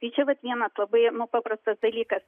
tai čia vat vienas labai nu paprastas dalykas